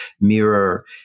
mirror